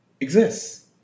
exists